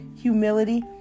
humility